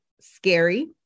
scary